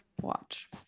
watch